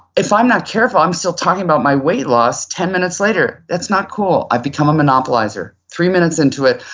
if i'm not careful, i'm still talking about my weight loss ten minutes later, that's not cool, i've become a monopolizer. three minutes into it,